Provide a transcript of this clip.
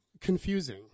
confusing